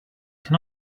can